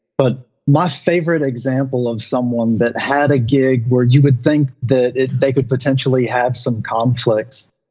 but my favorite example of someone that had a gig where you would think that they could potentially have some conflicts,